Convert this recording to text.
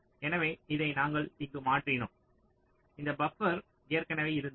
எனவே இதை நாங்கள் இங்கு மாற்றினோம் இந்த பப்பர் ஏற்கனவே இருந்தது